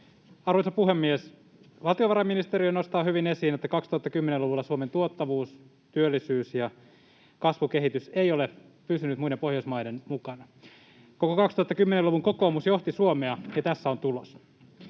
Arvoisa puhemies! Valtiovarainministeriö nostaa hyvin esiin, että 2010-luvulla Suomen tuottavuus, työllisyys ja kasvukehitys eivät ole pysyneet muiden Pohjoismaiden mukana. Koko 2010-luvun kokoomus johti Suomea, ja tässä on tulos.